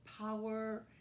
power